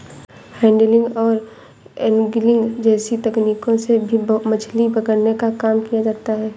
handling और angling जैसी तकनीकों से भी मछली पकड़ने का काम किया जाता है